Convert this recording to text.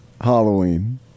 Halloween